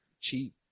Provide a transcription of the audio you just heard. cheap